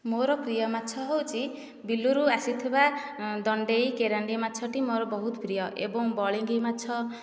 ମୋର ପ୍ରିୟ ମାଛ ହେଉଛି ବିଲରୁ ଆସିଥିବା ଦଣ୍ଡେଇ କେରାଣ୍ଡି ମାଛଟି ମୋର ବହୁତ ପ୍ରିୟ ଏବଂ ବଳିଙ୍ଗି ମାଛ